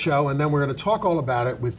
show and then we're going to talk about it with